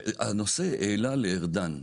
הנושא הועלה לארדן,